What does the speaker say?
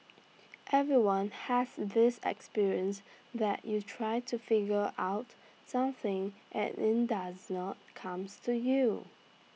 everyone has this experience that you try to figure out something and IT does not comes to you